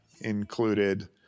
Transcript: included